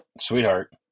sweetheart